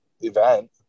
event